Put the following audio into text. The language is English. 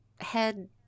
Head